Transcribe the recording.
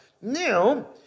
Now